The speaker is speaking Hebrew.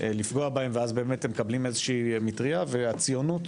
לפגוע בהם ואז הם מקבלים מטריה והציונות